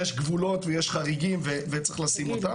יש גבולות ויש חריגים וצריך לשים אותם,